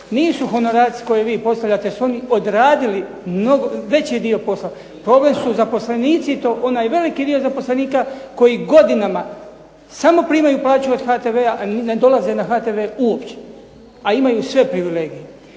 nisu honorarci koje vi postavljate jer su oni odradili veći dio posla, problem su zaposlenici i to onaj veliki dio zaposlenika koji godinama samo primaju plaću od HTV-a, a ne dolaze na HTV uopće, a imaju sve privilegije.